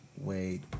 wait